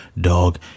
dog